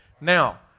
Now